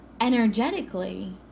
energetically